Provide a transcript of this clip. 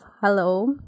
Hello